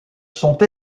sont